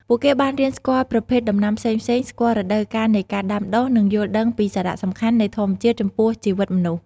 ពួកគេបានរៀនស្គាល់ប្រភេទដំណាំផ្សេងៗ ស្គាល់រដូវកាលនៃការដាំដុះ និងយល់ដឹងពីសារៈសំខាន់នៃធម្មជាតិចំពោះជីវិតមនុស្ស។